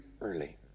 early